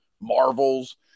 marvels